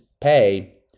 pay